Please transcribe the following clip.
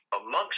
amongst